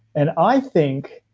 and i think,